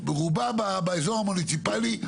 רובם באזור המוניציפלי,